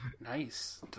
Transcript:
nice